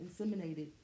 inseminated